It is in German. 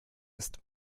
ist